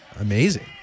amazing